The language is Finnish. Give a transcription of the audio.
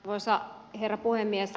arvoisa herra puhemies